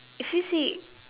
if you see